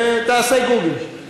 תעשה גוגל.